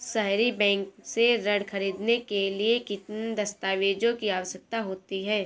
सहरी बैंक से ऋण ख़रीदने के लिए किन दस्तावेजों की आवश्यकता होती है?